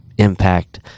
impact